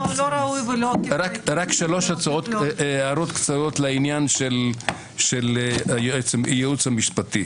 רק שלוש הערות קצרות לעניין של הייעוץ המשפטי.